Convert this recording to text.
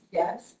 yes